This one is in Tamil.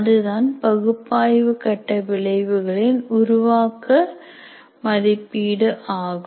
அதுதான் பகுப்பாய்வு கட்ட விளைவுகளின் உருவாக்க மதிப்பீடு ஆகும்